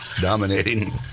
dominating